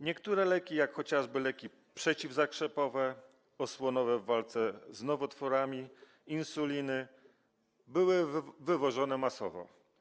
Niektóre leki, jak chociażby leki przeciwzakrzepowe, osłonowe w walce z nowotworami, insuliny, były wywożone masowo.